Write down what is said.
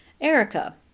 Erica